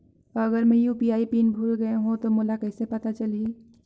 अगर मैं UPI pin भुल गये हो तो मोला कइसे पता चलही?